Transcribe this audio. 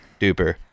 Duper